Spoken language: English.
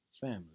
Family